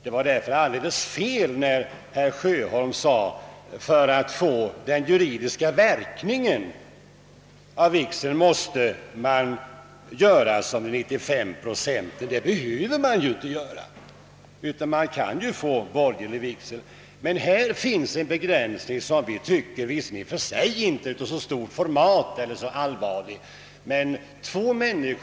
Det var därför alldeles felaktigt när herr Sjöholm sade, att man för att vigseln skall få rättslig verkan måste göra som 95 procent gör. Det behöver man inte, eftersom man kan få borgerlig vigsel. Men när det gäller det ärende vi nu behandlar finns en begränsning, som visserligen statistiskt inte är så allvarlig men som ändå borde undanröjas.